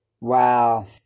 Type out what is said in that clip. Wow